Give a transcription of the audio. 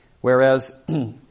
Whereas